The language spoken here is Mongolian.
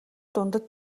дундад